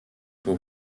pour